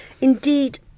Indeed